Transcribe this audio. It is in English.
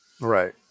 right